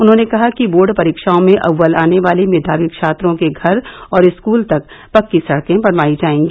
उन्होंने कहा कि बोर्ड परीक्षाओं में अव्वल आने वाले मेघावी छात्रों के घर और स्कूल तक पक्की सड़कें बनवायी जाएगी